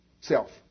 self